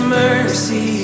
mercy